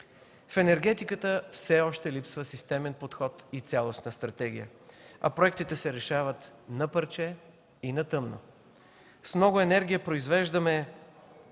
В енергетиката все още липсва системен подход и цялостна стратегия, а проектите се решават „на парче” и „на тъмно”. С много енергия произвеждаме